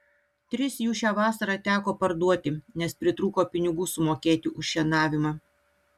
tris jų šią vasarą teko parduoti nes pritrūko pinigų sumokėti už šienavimą